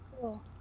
cool